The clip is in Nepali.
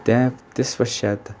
त्यहाँ त्यसपश्चात